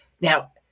now